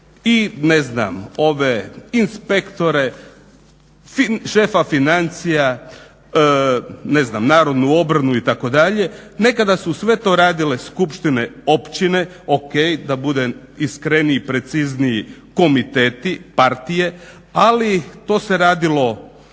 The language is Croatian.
i ne znam ove inspektore, šefa financija, ne znam narodnu obranu itd. Nekad su sve to radile skupštine, općine, ok da budem iskreniji, precizniji komiteti, partije, ali to se radilo